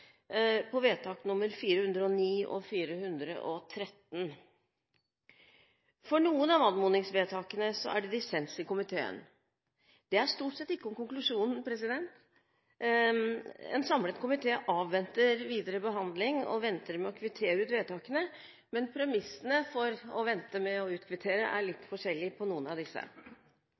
stort sett ikke om konklusjonen. En samlet komité avventer videre behandling og venter med å kvittere ut vedtakene. Premissene for å vente med å utkvittere er litt forskjellig når det gjelder noen av disse.